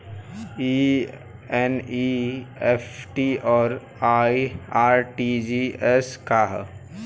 ई एन.ई.एफ.टी और आर.टी.जी.एस का ह?